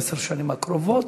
עשר השנים הקרובות.